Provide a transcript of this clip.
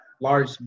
large